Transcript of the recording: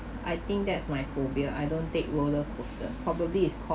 I think that's my phobia I don't take roller coaster probably is